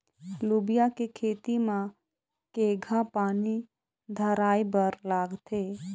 लोबिया के खेती म केघा पानी धराएबर लागथे?